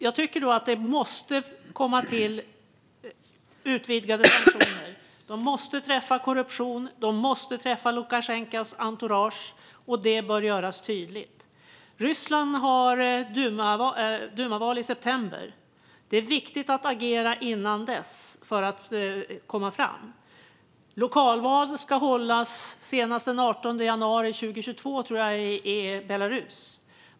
Jag tycker att det måste komma till utvidgade sanktioner, som måste träffa korruption och Lukasjenkos entourage. Detta bör göras tydligt. Ryssland har dumaval i september. Det är viktigt att agera innan dess för att komma fram. Lokalval ska hållas i Belarus senast den 18 januari 2022, tror jag.